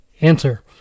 answer